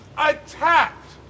attacked